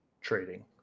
trading